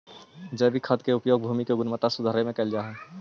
जैविक खाद के उपयोग भूमि के गुणवत्ता सुधारे में कैल जा हई